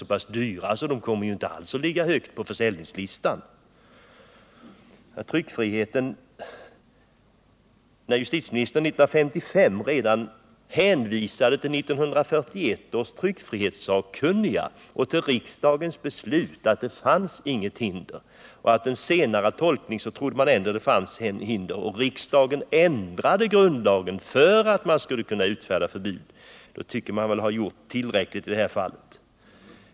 De är så dyra att de inte alls kommer att ligga högt på försäljningslistan. Redan 1955 hänvisade justitieministern till 1941 års tryckfrihetssakkunniga och till riksdagens beslut att det inte fanns något hinder mot ett förbud. Men vid en senare tolkning trodde man ändå att det fanns hinder. Riksdagen ändrade då grundlagen för att man skulle kunna utfärda förbud. Det borde väl vara tillräckligt i det här fallet.